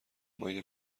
مایه